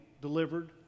delivered